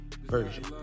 version